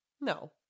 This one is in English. No